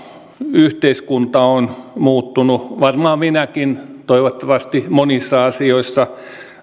yhteiskunta on muuttunut varmaan minäkin toivottavasti monissa asioissa